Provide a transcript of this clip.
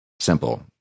Simple